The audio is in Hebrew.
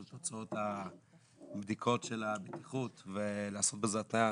תוצאות הבדיקות של הבטיחות ולעשות בזה התניה,